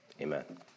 Amen